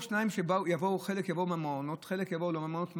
חלק יבואו מהמעונות וחלק לא מהמעונות,